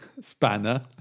spanner